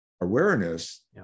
awareness